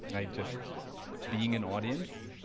just being an audience,